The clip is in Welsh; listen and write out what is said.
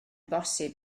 bosib